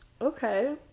okay